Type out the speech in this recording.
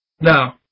No